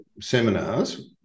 Seminars